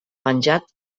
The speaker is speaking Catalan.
penjat